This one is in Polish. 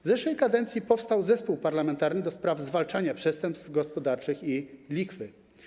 W zeszłej kadencji powstał Zespół Parlamentarny ds. Zwalczania Przestępstw Gospodarczych i Lichwy.